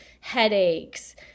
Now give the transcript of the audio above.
headaches